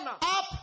up